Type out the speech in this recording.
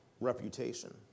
reputation